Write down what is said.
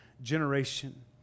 generation